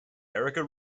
erica